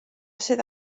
sydd